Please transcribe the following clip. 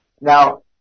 Now